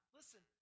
listen